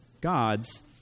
gods